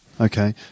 Okay